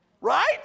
Right